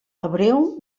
hebreu